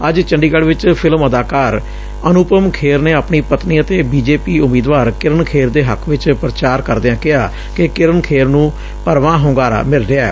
ਅੱਜ ਚੰਡੀਗੜ ਚ ਫਿਲਮ ਅਦਾਕਾਰ ਅਨੁਪਮ ਖੇਰ ਨੇ ਆਪਣੀ ਪਤਨੀ ਅਤੇ ਬੀ ਜੇ ਪੀ ਉਮੀਦਵਾਰ ਕਿਰਨ ਖੇਰ ਦੇ ਹੱਕ ਚ ਪ੍ਚਾਰ ਕਰਦਿਆਂ ਕਿਹਾ ਕਿ ਕਿਰਨ ਖੇਰ ਨੂੰ ਭਰਵਾਂ ਹੁੰਗਾਰਾ ਮਿਲ ਰਿਹੈ